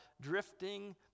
drifting